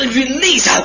release